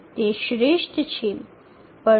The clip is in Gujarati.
તે શ્રેષ્ઠ છે